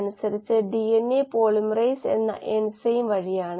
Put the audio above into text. നമ്മൾ നേരത്തെ ഒരു കപട സ്ഥിരതയുള്ള ഏകദേശ കണക്കെടുപ്പ് നടത്തിയിരുന്നു